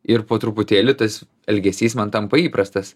ir po truputėlį tas elgesys man tampa įprastas